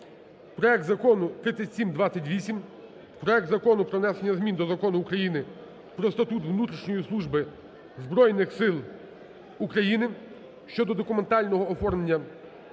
Проект Закону 3728, проект Закону про внесення змін до Закону України "Про Статут внутрішньої служби Збройних Сил України" (щодо документального оформлення